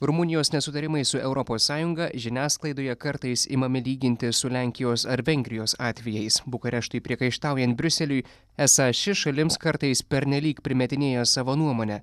rumunijos nesutarimai su europos sąjunga žiniasklaidoje kartais imami lyginti su lenkijos ar vengrijos atvejais bukareštui priekaištaujant briuseliui esą ši šalims kartais pernelyg primetinėja savo nuomonę